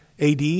AD